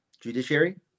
judiciary